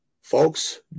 folks